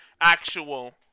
actual